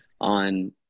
on